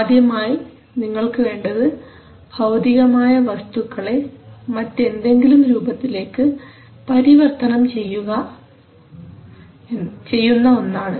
ആദ്യമായി നിങ്ങൾക്ക് വേണ്ടത് ഭൌതികമായ വസ്തുക്കളെ മറ്റെന്തെങ്കിലും രൂപത്തിലേക്ക് പരിവർത്തനം ചെയ്യുന്ന ഒന്നാണ്